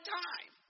time